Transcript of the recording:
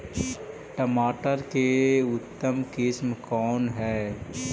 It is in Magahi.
टमाटर के उतम किस्म कौन है?